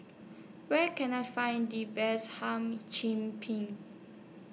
Where Can I Find The Best Hum Chim Peng